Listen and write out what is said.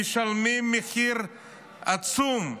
משלמים מחיר עצום.